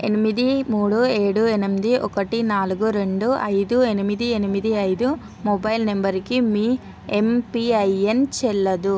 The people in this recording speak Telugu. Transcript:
ఎనిమిది మూడు ఏడు ఎనిమిది ఒకటి నాలుగు రెండు ఐదు ఎనిమిది ఎనిమిది ఐదు మొబైల్ నంబరుకి మీ ఎంపిఐఎన్ చెల్లదు